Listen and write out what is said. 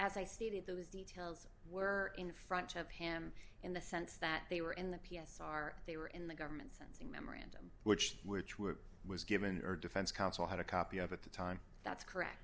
as i stated those details were in front of him in the sense that they were in the p s r they were in the government sensing memorandum which which were was given or defense counsel had a copy of at the time that's correct